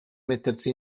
mettersi